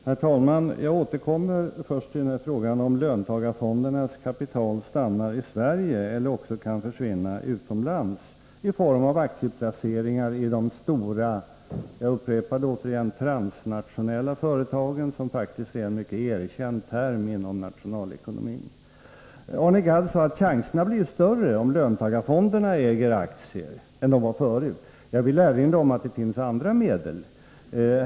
Herr talman! Jag återkommer först till frågan om löntagarfondernas kapital stannar i Sverige eller kan försvinna utomlands i form av aktieplaceringar i de stora — jag upprepar det återigen — transnationella företagen. Det är faktiskt en mycket erkänd term inom nationalekonomin. Arne Gadd sade att chanserna blir större om löntagarfonderna äger aktierna än de var förut. Jag vill erinra om att det finns andra medel.